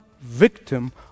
victim